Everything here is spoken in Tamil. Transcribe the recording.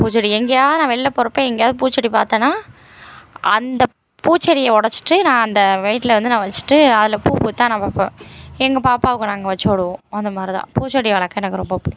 பூச்செடி எங்கேயாது நான் வெளில போகிறப்ப எங்கேயாவது பூச்செடி பாத்தேன்னா அந்த பூச்செடியை ஒடைச்சிட்டு நான் அந்த வீட்டில் வந்து நான் வெச்சுட்டு அதில் பூ பூத்தா நான் வைப்பேன் எங்கள் பாப்பாவுக்கு நாங்கள் வெச்சு விடுவோம் அந்த மாதிரி தான் பூச்செடி வளர்க்க எனக்கு ரொம்ப புடிக்கு